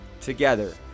together